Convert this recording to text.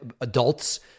adults